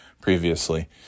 previously